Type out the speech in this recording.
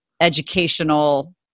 educational